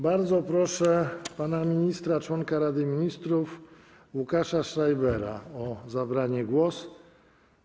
Bardzo proszę pana ministra - członka Rady Ministrów Łukasza Schreibera o zabranie głosu.